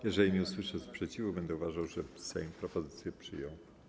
Jeżeli nie usłyszę sprzeciwu, będę uważał, że Sejm propozycję przyjął.